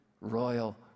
royal